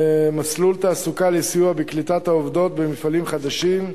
מסלול תעסוקה לסיוע בקליטת העובדות במפעלים חדשים,